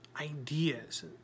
ideas